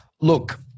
Look